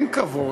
אין כבוד.